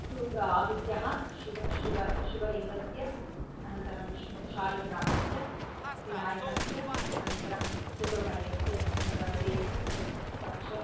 सु आदित्यः शिवः शिवः शिवलिङ्गस्य अनन्तरं विष्णुशालिग्रामस्य विनायकस्य अनन्तरं सुब्रह्मण्यस्य वेल् तद् पञ्च